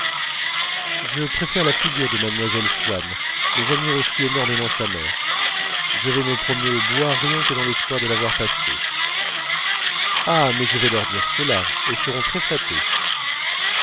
je préfère la figure de mlle swann mais j'admire aussi énormément sa mère je vais me promener au bois rien que dans l'espoir de la voir passer ah mais je vais leur dire cela elles seront très flattées